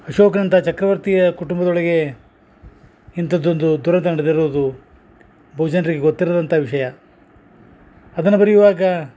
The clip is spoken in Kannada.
ಅಶೋಕನಂಥ ಚಕ್ರವರ್ತಿಯ ಕುಟುಂಬದೊಳಗೆ ಇಂಥದ್ದೊಂದು ದುರಂತ ನಡ್ದಿರೋದು ಬಹುಜನ್ರಿಗ ಗೊತ್ತಿರದಂಥ ವಿಷಯ ಅದನ ಬರಿಯುವಾಗ